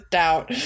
doubt